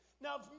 Now